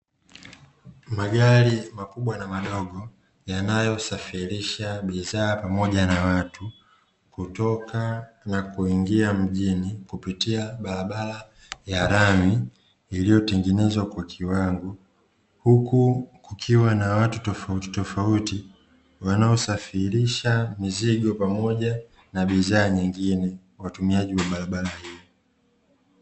Magari makubwa na madogo yanayosafirisha bidhaa pamoja na watu kutoka na kuingia mjini kupitia barabara ya lami iliyotengenezwa kwa kiwango, huku kukiwa na watu tofautitofauti wanaosafirisha mizigo pamoja na bidhaa nyingine watumiaji wa barabara hiyo.